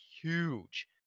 huge